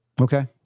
Okay